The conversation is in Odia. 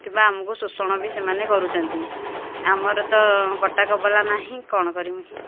କିମ୍ବା ଆମକୁ ଶୋଷଣ ବି ସେମାନେ କରୁଛନ୍ତି ଆମର ତ ପଟା କବଲା ନାହିଁ କଣ କରିମୁ